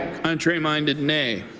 contrary minded nay.